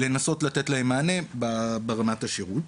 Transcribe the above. ולנסות לתת להם מענה ברמת השירות.